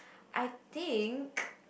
I think